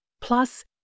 plus